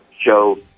show